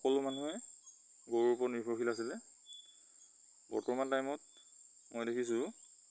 সকলো মানুহে গৰুৰ ওপৰত নিৰ্ভৰশীল আছিলে বৰ্তমান টাইমত মই দেখিছোঁ